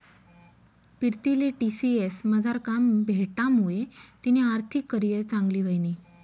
पीरतीले टी.सी.एस मझार काम भेटामुये तिनी आर्थिक करीयर चांगली व्हयनी